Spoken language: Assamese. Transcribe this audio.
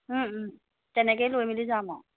তেনেকৈয়ে লৈ মেলি যাম আৰু